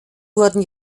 wurden